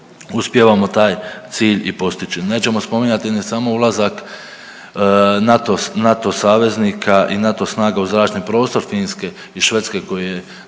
uspijevamo taj cilj i postići. Nećemo spominjati ni sam ulazak NATO, NATO saveznika i NATO snaga u zračni prostor Finske i Švedske koji je